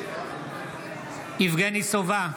בעד יבגני סובה,